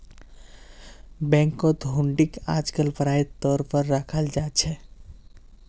बैंकत हुंडीक आजकल पढ़ाई तौर पर रखाल जा छे